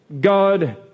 God